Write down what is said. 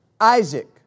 Isaac